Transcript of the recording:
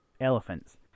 elephants